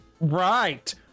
right